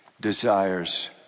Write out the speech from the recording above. desires